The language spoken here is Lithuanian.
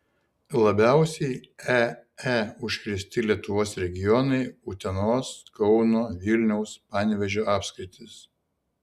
labiausiai ee užkrėsti lietuvos regionai utenos kauno vilniaus panevėžio apskritys